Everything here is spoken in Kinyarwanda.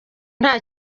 nta